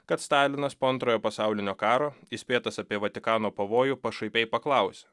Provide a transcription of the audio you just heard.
kad stalinas po antrojo pasaulinio karo įspėtas apie vatikano pavojų pašaipiai paklausė